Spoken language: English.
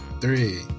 three